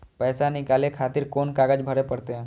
पैसा नीकाले खातिर कोन कागज भरे परतें?